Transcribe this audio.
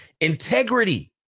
integrity